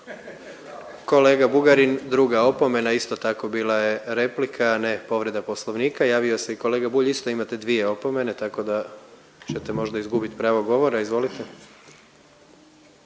Kolega Bugarin druga opomena, isto tako bila je replika a ne povreda Poslovnika. Javio se i kolega Bulj isto imate dvije opomene tako da ćete možda izgubiti pravo govora. Izvolite.